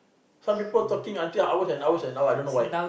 some people talking until hours and hours and hours I don't know why